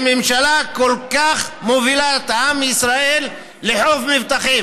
לממשלה שכל כך מובילה את עם ישראל לחוף מבטחים.